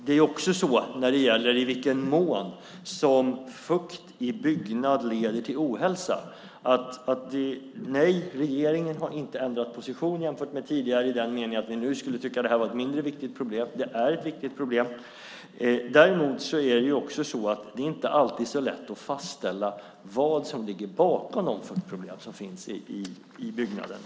Det är också så, när det gäller i vilken mån fukt i byggnader leder till ohälsa, att regeringen inte har ändrat position jämfört med tidigare i den meningen att vi nu skulle tycka att det här var ett mindre viktigt problem. Det är ett viktigt problem. Däremot är det också så att det inte alltid är så lätt att fastställa vad som ligger bakom de fuktproblem som finns i byggnader.